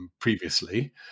previously